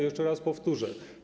Jeszcze raz powtórzę.